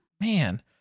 Man